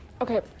Okay